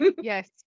Yes